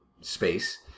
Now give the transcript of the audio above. space